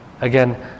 Again